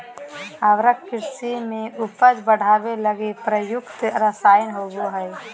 उर्वरक कृषि में उपज बढ़ावे लगी प्रयुक्त रसायन होबो हइ